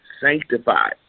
sanctified